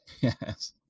yes